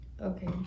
Okay